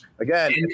again